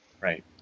right